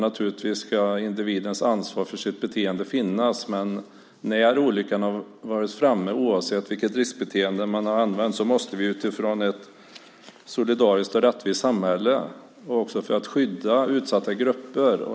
Naturligtvis ska individen ha ett ansvar för sitt beteende, men när olyckan har varit framme, oavsett vilket riskbeteende man haft, måste vi utifrån ett solidariskt och rättvist samhälle skydda utsatta grupper.